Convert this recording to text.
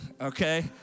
Okay